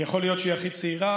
יכול להיות שהיא הכי צעירה,